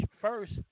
first